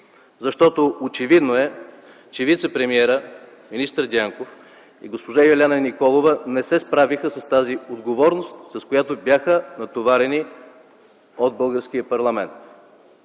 Защото е очевидно, че вицепремиерът господин Дянков и госпожа Илияна Николова не се справиха с тази отговорност, с която бяха натоварени от българския парламент